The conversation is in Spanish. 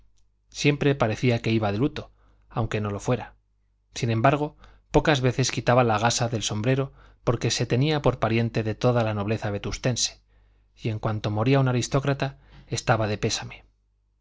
siempre parecía que iba de luto aunque no fuera sin embargo pocas veces quitaba la gasa del sombrero porque se tenía por pariente de toda la nobleza vetustense y en cuanto moría un aristócrata estaba de pésame